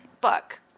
Book